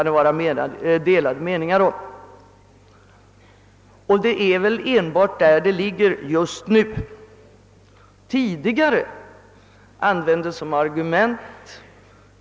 Det är uppenbarligen den frågan som är aktuell just nu.